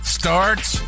starts